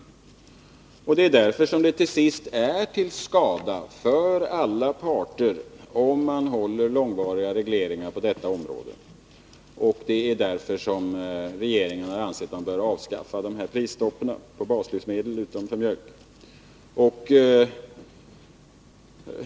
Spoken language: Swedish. Därför är det till sist till skada för alla parter, om man behåller långvariga regleringar på detta område. Av den anledningen har regeringen ansett att vi bör avskaffa de här prisstoppen på baslivsmedel utom för mjölk.